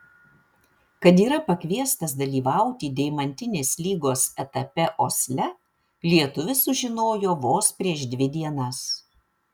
kad yra pakviestas dalyvauti deimantinės lygos etape osle lietuvis sužinojo vos prieš dvi dienas